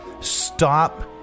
Stop